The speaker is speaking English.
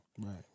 Right